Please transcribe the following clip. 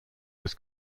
was